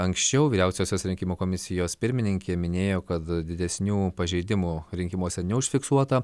anksčiau vyriausiosios rinkimų komisijos pirmininkė minėjo kad didesnių pažeidimų rinkimuose neužfiksuota